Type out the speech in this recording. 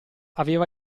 aveva